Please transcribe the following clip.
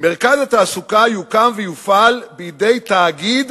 "מרכז התעסוקה יוקם ויופעל בידי תאגיד